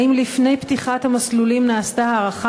2. האם לפני פתיחת המסלולים נעשתה הערכה